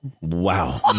Wow